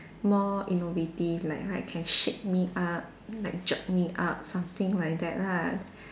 more innovating like right can shake me up like jerk me up something like that lah